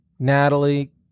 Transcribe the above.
Natalie